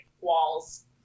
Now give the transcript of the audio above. walls